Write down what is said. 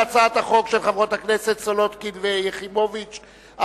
ההצעה להעביר את הצעת חוק שוויון ההזדמנויות בעבודה (תיקון,